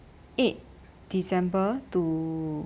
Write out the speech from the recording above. eight december to